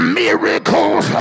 miracles